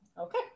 Okay